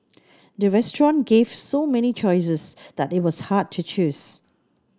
the restaurant gave so many choices that it was hard to choose